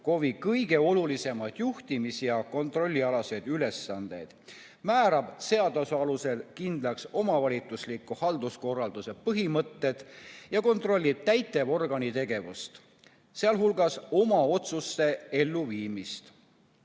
KOV-i kõige olulisemaid juhtimis- ja kontrollialaseid ülesandeid: määrab seaduse alusel kindlaks omavalitsusliku halduskorralduse põhimõtted ja kontrollib täitevorgani tegevust, sh oma otsuste elluviimist.